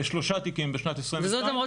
לשלושה תיקים בשנת 2022 -- וזאת למרות